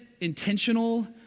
intentional